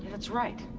that's right.